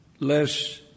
less